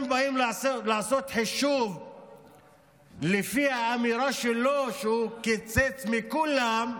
אם באים לעשות לפי החישוב לפי האמירה שלו שהוא קיצץ מכולם,